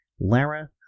Lara